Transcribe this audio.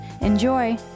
Enjoy